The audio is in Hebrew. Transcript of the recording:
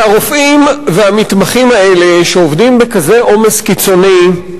והרופאים והמתמחים האלה עובדים בכזה עומס קיצוני,